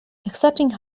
accepting